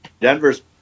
Denver's